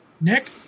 Nick